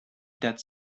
that